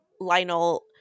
Lionel